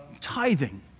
Tithing